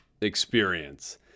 experience